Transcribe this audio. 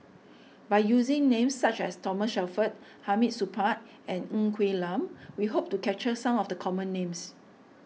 by using names such as Thomas Shelford Hamid Supaat and Ng Quee Lam we hope to capture some of the common names